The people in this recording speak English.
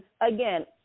again